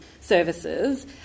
services